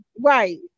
Right